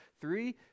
Three